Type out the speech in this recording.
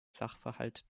sachverhalt